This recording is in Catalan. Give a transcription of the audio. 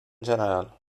general